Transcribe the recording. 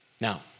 Now